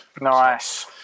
Nice